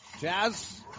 Jazz